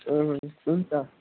हुन्छ